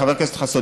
חבר הכנסת חסון,